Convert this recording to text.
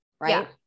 right